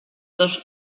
dos